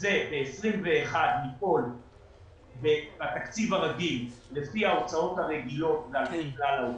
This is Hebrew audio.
זה ב-2021 לפעול בתקציב הרגיל לפי ההוצאות הרגילות לפי כלל ההוצאה,